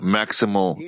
maximal